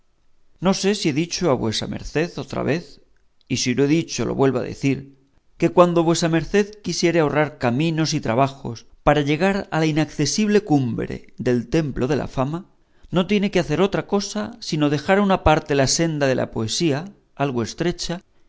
no sé si he dicho a vuesa merced otra vez y si lo he dicho lo vuelvo a decir que cuando vuesa merced quisiere ahorrar caminos y trabajos para llegar a la inacesible cumbre del templo de la fama no tiene que hacer otra cosa sino dejar a una parte la senda de la poesía algo estrecha